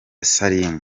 salim